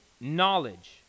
knowledge